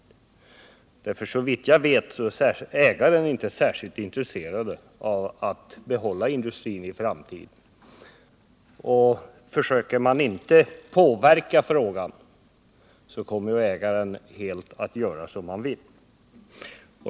Såvitt jag vet är ägaren inte särskilt intresserad av att behålla industrin i framtiden. Om man inte försöker att påverka frågan kommer ägaren att helt göra som han vill.